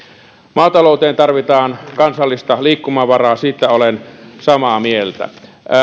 maatalouteen tarvitaan kansallista liikkumavaraa siitä olen samaa mieltä